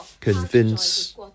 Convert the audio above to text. convince